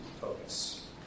focus